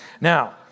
Now